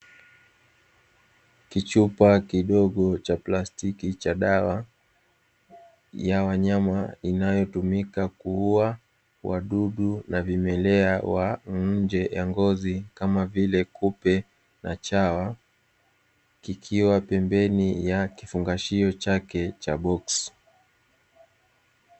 Kichupa kidogo cha plastiki cha dawa ya wanyama inayotumika kuua wadudu na vimelea wa nje ya ngozi kama vile kupe na chawa, kikiwa pembeni ya kifungashio chake cha boksi.